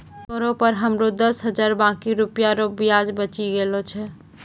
तोरा पर हमरो दस हजार बाकी रुपिया रो ब्याज बचि गेलो छय